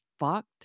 fucked